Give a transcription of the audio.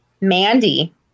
Mandy